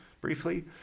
briefly